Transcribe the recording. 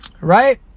right